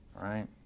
right